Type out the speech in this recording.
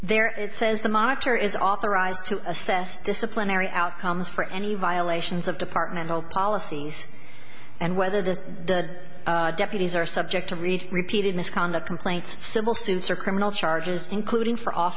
there it says the monitor is authorized to assess disciplinary outcomes for any violations of departmental policies and whether the deputies are subject to read repeated misconduct complaints civil suits or criminal charges including for off